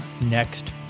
next